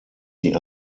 die